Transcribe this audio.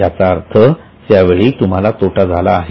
याचा अर्थ त्या वेळी तुम्हाला तोटा झाला आहे